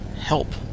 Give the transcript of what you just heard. Help